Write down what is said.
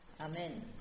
Amen